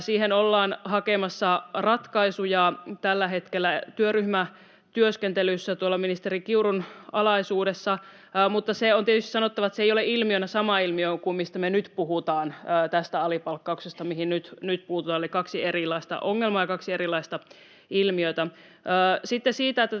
Siihen ollaan hakemassa ratkaisuja tällä hetkellä työryhmätyöskentelyssä ministeri Kiurun alaisuudessa, mutta se on tietysti sanottava, että se ei ole ilmiönä sama ilmiö kuin mistä me nyt puhutaan, tästä alipalkkauksesta, mihin nyt puututaan. Eli kaksi erilaista ongelmaa ja kaksi erilaista ilmiötä. [Arja Juvonen: